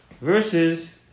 versus